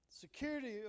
security